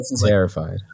terrified